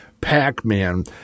Pac-Man